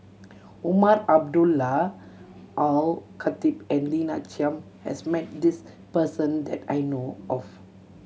Umar Abdullah Al Khatib and Lina Chiam has met this person that I know of